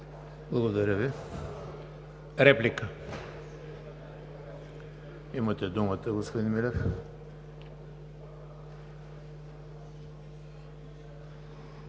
Благодаря Ви. Реплика? Имате думата, господин Милев.